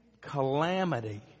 calamity